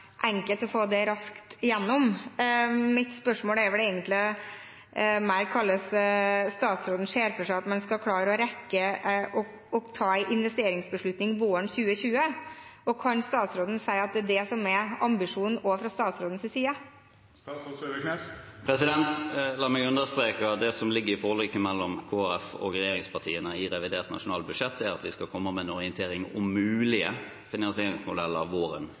enkelt å få det raskt igjennom. Mitt spørsmål er vel egentlig hvordan statsråden ser for seg at man skal rekke å ta en investeringsbeslutning våren 2020. Kan statsråden si at det er det som er ambisjonen også fra statsrådens side? La meg understreke det som ligger i forliket mellom Kristelig Folkeparti og regjeringspartiene i revidert nasjonalbudsjett; det er at vi skal komme med en orientering om mulige finansieringsmodeller våren